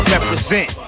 represent